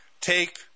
take